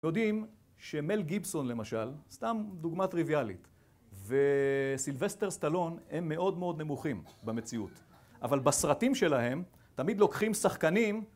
אנחנו יודעים שמל גיבסון למשל, סתם דוגמה טריוויאלית, וסילבסטר סטלון הם מאוד מאוד נמוכים, במציאות, אבל בסרטים שלהם תמיד לוקחים שחקנים